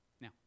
now